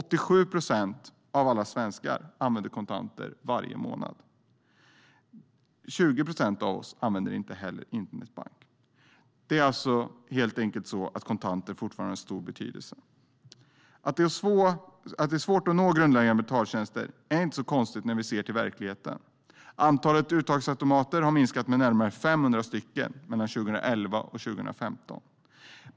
87 procent av alla svenskar använder kontanter varje månad, och 20 procent av oss använder inte internetbank. Kontanter har alltså fortfarande stor betydelse. Det är inte konstigt att det är svårt att nå grundläggande betaltjänster i verkligheten. Antalet uttagsautomater har minskat med närmare 500 stycken mellan 2011 och 2015.